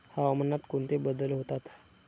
हवामानात कोणते बदल होतात?